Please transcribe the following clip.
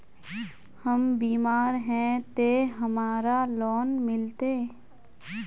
हम बीमार है ते हमरा लोन मिलते?